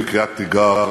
(חבר הכנסת מסעוד גנאים יוצא מאולם המליאה.)